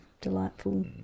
delightful